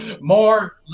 More